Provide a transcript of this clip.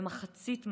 ומחצית מהן,